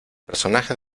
personaje